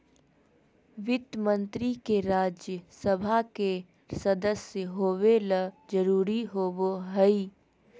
वित्त मंत्री के राज्य सभा के सदस्य होबे ल जरूरी होबो हइ